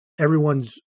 Everyone's